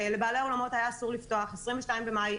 לבעלי האולמות היה אסור לפתוח 22 במאי.